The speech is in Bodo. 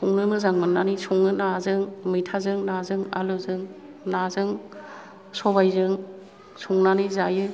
संनो मोजां मोन्नानै सङो नाजों मैथाजों नाजों आलुजों नाजों सबाइजों संनानै जायो